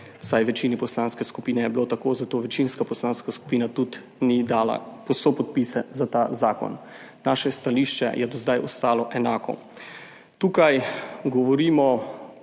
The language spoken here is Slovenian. vsaj v večini poslanske skupine je bilo tako, zato večinska poslanska skupina tudi ni dala sopodpisov za ta zakon. Naše stališče je do zdaj ostalo enako.